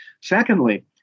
Secondly